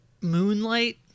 Moonlight